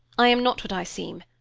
i am not what i seem,